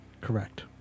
Correct